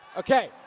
Okay